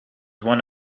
one